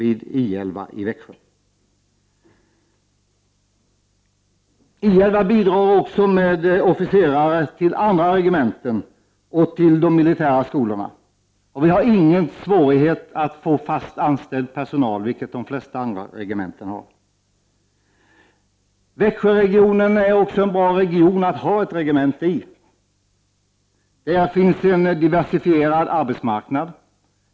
I 11i Växjö bidrar dessutom med officerare till andra regementen och till de militära skolorna. Vi har ingen svårighet att få fast anställd personal, vilket de flesta andra regementen har. Växjöregionen är en bra region att ha ett regemente i. Där finns en diversifierad arbetsmarknad.